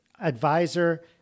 advisor